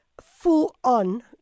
full-on